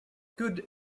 good